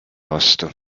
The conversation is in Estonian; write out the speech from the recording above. vastu